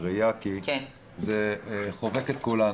רועי, אני עושה לך